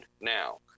now